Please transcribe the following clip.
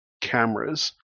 cameras